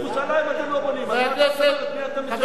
חבר הכנסת בן-ארי,